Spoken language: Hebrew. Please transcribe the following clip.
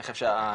אני חושב שהמאבק,